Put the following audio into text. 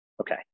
Okay